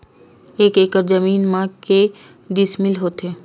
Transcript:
एक एकड़ जमीन मा के डिसमिल होथे?